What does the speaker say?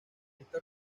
esta